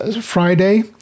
Friday